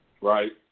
right